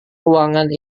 ruangan